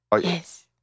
yes